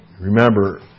remember